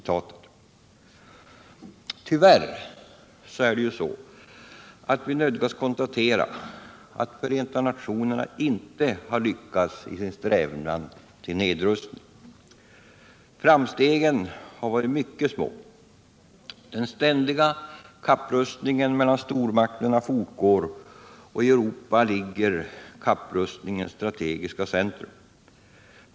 Tyvärr nödgas vi konstatera att Förenta nationerna inte har lyckats i sin strävan till nedrustning. Framstegen har varit mycket små. Den ständiga kapprustningen mellan stormakterna fortgår, och i Europa ligger kapprustningens strategiska centrum.